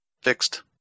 fixed